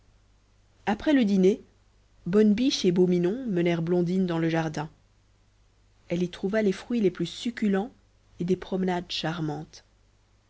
après le dîner bonne biche et beau minon menèrent blondine dans le jardin elle y trouva les fruits les plus succulents et des promenades charmantes